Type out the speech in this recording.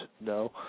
No